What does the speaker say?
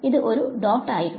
ഇത് ഒരു ഡോട്ട് ആയിരുന്നു